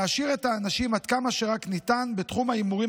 להשאיר את האנשים עד כמה שרק ניתן בתחום ההימורים